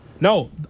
No